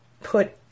Put